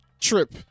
trip